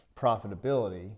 profitability